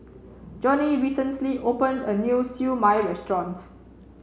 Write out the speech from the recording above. Johnny recently opened a new Siew Mai Restaurant